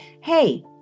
hey